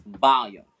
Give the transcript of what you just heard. volume